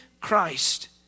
Christ